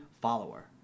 follower